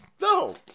No